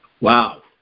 Wow